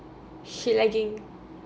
she lagging